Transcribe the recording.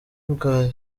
bwa